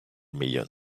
million